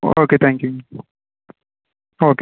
okay தேங்க்யூங்க okay